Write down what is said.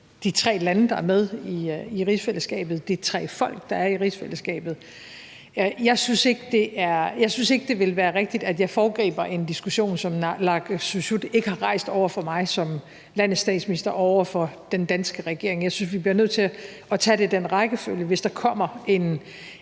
de tre lande, der er med i rigsfællesskabet, de tre folk, der er i rigsfællesskabet. Jeg synes ikke, det ville være rigtigt, at jeg foregriber en diskussion, som naalakkersuisut ikke har rejst over for mig som landets statsminister og over for den danske regering. Jeg synes, vi bliver nødt til at tage det i den rækkefølge. Hvis der kommer et